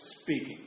speaking